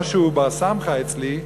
לא שהוא בר-סמכא אצלי,